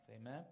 Amen